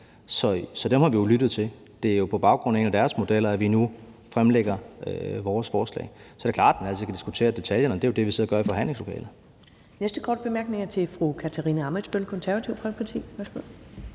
vi selvfølgelig lyttet til dem. Det er jo på baggrund af en af deres modeller, at vi nu fremlægger vores forslag. Så er det klart, at man altid kan diskutere detaljerne, og det er jo det, vi sidder og gør i forhandlingslokalet.